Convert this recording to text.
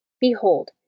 Behold